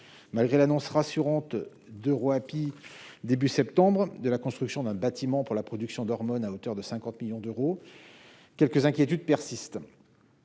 Malgré l'annonce rassurante d'EuroAPI début septembre de la construction d'un bâtiment pour la production d'hormones, moyennant un investissement de 50 millions d'euros, quelques inquiétudes persistent.